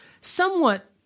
somewhat